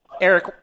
Eric